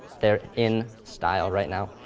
they're in style right now.